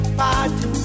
party